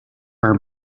our